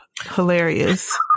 hilarious